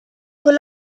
con